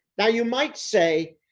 now you might say,